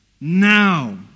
Now